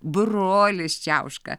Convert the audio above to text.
brolis čiauška